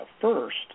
first